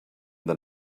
than